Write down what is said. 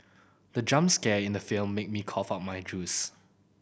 the jump scare in the film made me cough out my juice